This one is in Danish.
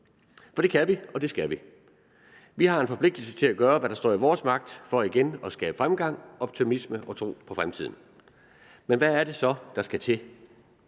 For det kan vi, og det skal vi. Vi har en forpligtelse til at gøre, hvad der står i vores magt for igen at skabe fremgang, optimisme og tro på fremtiden. Men hvad er det så, der skal til?